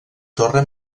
torre